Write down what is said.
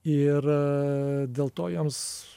ir dėl to jiems